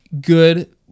good